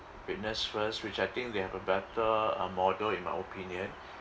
fitness first which I think they have a better uh model in my opinion